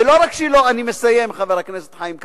אני מסיים, חבר הכנסת חיים כץ.